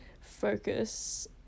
focus